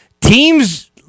Teams